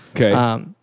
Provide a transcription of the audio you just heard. Okay